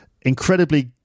incredibly